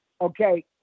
Okay